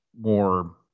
more